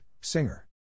singer